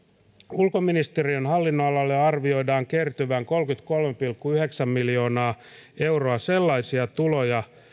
ulkoministeriön hallinnonalalle arvioidaan kertyvän kolmekymmentäkolme pilkku yhdeksän miljoonaa euroa sellaisia tuloja